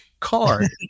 card